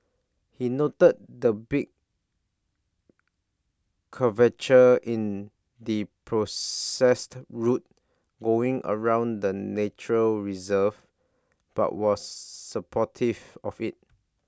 he noted the big curvature in the processed route going around the nature reserve but was supportive of IT